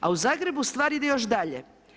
A u Zagrebu stvar ide još dalje.